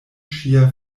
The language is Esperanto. ŝia